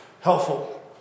helpful